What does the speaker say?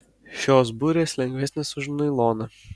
šios burės lengvesnės už nailoną